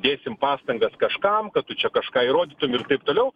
dėsim pastangas kažkam kad tu čia kažką įrodytum ir taip toliau